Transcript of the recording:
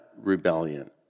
rebellion